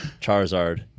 Charizard